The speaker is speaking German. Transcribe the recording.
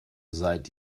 seid